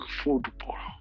football